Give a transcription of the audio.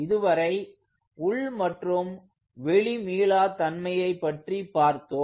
இதுவரை உள் மற்றும் வெளி மீளா தன்மையை பற்றிப் பார்த்தோம்